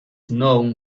known